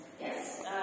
Yes